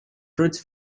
fruits